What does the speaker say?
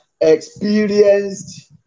experienced